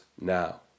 now